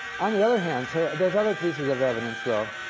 on the other hand so there's other pieces of evidence, though.